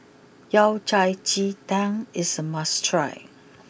Yao Cai Ji Tang is a must try